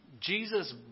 Jesus